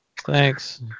Thanks